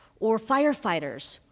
or firefighters,